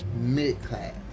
mid-class